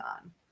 on